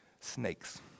Snakes